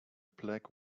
black